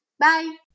Bye